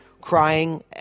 crying